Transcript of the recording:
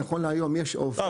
נכון להיות יש --- לא,